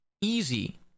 easy